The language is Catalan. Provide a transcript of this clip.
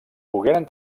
pogueren